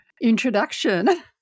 Introduction